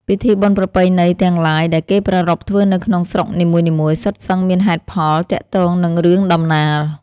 ពិធីបុណ្យប្រពៃណីទាំងឡាយ ដែលគេប្រារព្ធធ្វើនៅក្នុងស្រុកនីមួយៗ សុទ្ធសឹងមានហេតុផល ទាក់ទងនឹងរឿងដំណាល ។